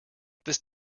this